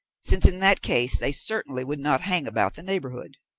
since in that case they certainly would not hang about the neighbourhood.